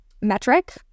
metric